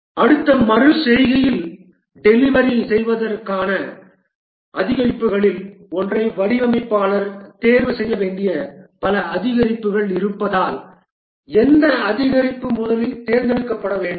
அடுத்த மறு செய்கையில் டெலிவரி செய்வதற்கான அதிகரிப்புகளில் ஒன்றை வடிவமைப்பாளர் தேர்வு செய்ய வேண்டிய பல அதிகரிப்புகள் இருப்பதால் எந்த அதிகரிப்பு முதலில் தேர்ந்தெடுக்கப்பட வேண்டும்